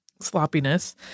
Sloppiness